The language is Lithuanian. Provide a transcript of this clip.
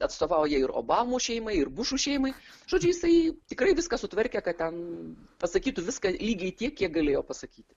atstovauja ir obamų šeimai ir bušų šeimai žodžiu jisai tikrai viską sutvarkė kad ten pasakytų viską lygiai tiek kiek galėjo pasakyti